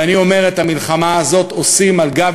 ואני אומר: את המלחמה הזאת עושים על גב